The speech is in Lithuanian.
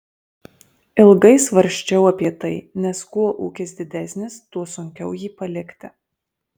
ilgai svarsčiau apie tai nes kuo ūkis didesnis tuo sunkiau jį palikti